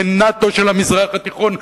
מין נאט"ו של המזרח התיכון,